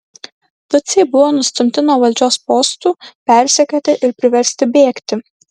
tutsiai buvo nustumti nuo valdžios postų persekioti ir priversti bėgti